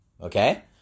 okay